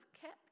kept